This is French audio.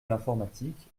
l’informatique